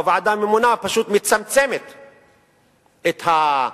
או הוועדה הממונה פשוט מצמצמים את החוב,